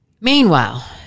Meanwhile